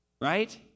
right